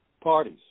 parties